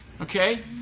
Okay